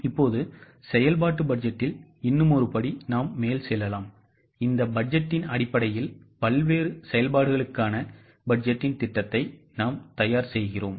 இப்போது செயல்பாட்டு பட்ஜெட்டில் இன்னும் ஒரு படி மேல் செல்லலாம் இந்த பட்ஜெட்டின் அடிப்படையில் பல்வேறு செயல்பாடுகளுக்கான பட்ஜெட்டின் திட்டத்தை நாம் தயார் செய்கிறோம்